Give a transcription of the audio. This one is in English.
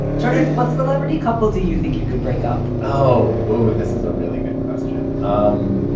sort of what celebrity couple do you think you could break up? oh, this is a really good question. um